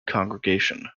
congregation